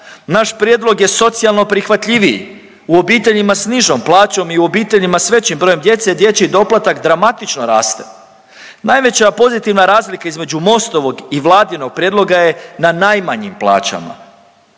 naš prijedlog je socijalno prihvatljiviji. U obiteljima s nižom plaćom i u obiteljima s većim brojem djece, dječji doplatak dramatično raste. Najveća pozitivna razlika između Mostovog i Vladinog prijedloga je na najmanjim plaćama.